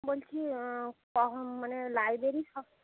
বলছি কখন মানে লাইব্রেরি সব